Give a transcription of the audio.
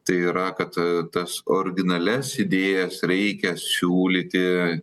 tai yra kad tas originalias idėjas reikia siūlyti